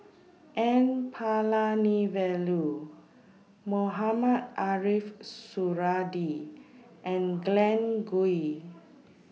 N Palanivelu Mohamed Ariff Suradi and Glen Goei